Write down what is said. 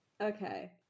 Okay